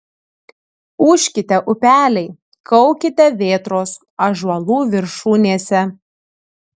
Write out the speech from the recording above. ūžkite upeliai kaukite vėtros ąžuolų viršūnėse